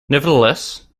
nevertheless